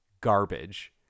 garbage